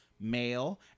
male